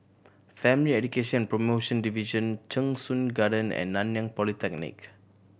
Family Education Promotion Division Cheng Soon Garden and Nanyang Polytechnic